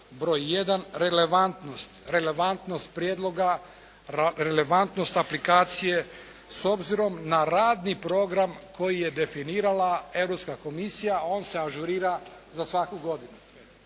broj jedan, relevantnost prijedloga, relevantnost aplikacije s obzirom na radni program koji je definirala Europska komisija, a on se ažurira za svaku godinu.